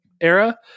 era